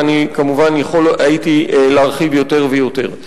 ואני כמובן יכול הייתי להרחיב יותר ויותר.